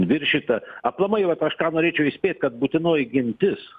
viršyta aplamai vat aš norėčiau įspėt kad būtinoji gintis